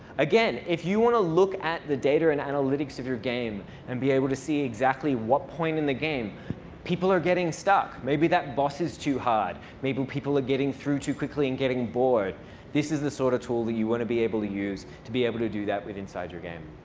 again, if you want to look at the data and analytics of your game, and be able to see exactly what point in the game people are getting stuck maybe that boss is too hard, maybe people are getting through too quickly and getting bored this is the sort of tool that you want to be able to use to be able to do that inside your game.